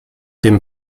dem